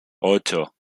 ocho